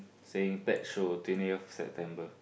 saying pet show twentieth September